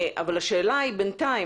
אבל בינתיים,